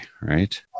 right